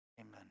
amen